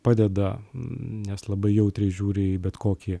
padeda nes labai jautriai žiūri į bet kokį